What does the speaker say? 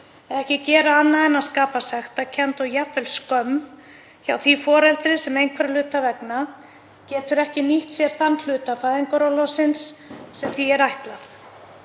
ekki gera annað en að skapa sektarkennd og jafnvel skömm hjá því foreldri sem einhverra hluta vegna getur ekki nýtt sér þann hluta fæðingarorlofsins sem því er ætlað.